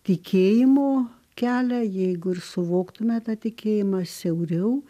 tikėjimo kelią jeigu ir suvoktume tą tikėjimą siauriau